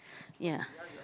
ya